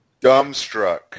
dumbstruck